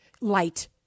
light